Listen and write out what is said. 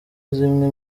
zimwe